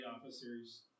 officers